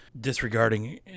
disregarding